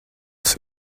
tas